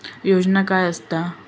योजना काय आसत?